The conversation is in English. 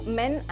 men